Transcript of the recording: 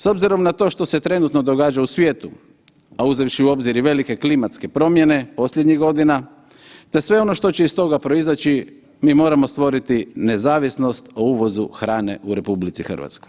S obzirom na to što se trenutno događa u svijetu, a uzevši u obzir i velike klimatske promjene posljednjih godina te sve ono što će iz toga proizaći mi moramo stvoriti nezavisnost o uvozu hrane u RH.